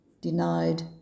denied